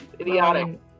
idiotic